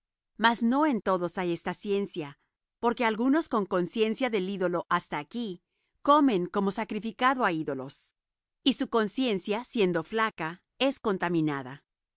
mas no en todos hay esta ciencia porque algunos con conciencia del ídolo hasta aquí comen como sacrificado á ídolos y su conciencia siendo flaca es contaminada